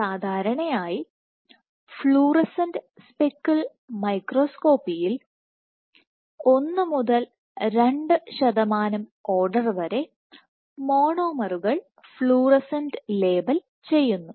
സാധാരണയായി fluorescent speckle മൈക്രോസ്കോപ്പിയിൽ 1 മുതൽ 2 ശതമാനം ഓർഡർ വരെ മോണോമറുകൾ ഫ്ലൂറസന്റ് ലേബൽ ചെയ്യുന്നു